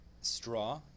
Straw